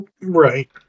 Right